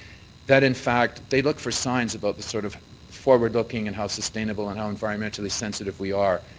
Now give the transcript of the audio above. that in fact they look for signs about the sort of forward-looking and how sustainable and how environmentally sensitive we are.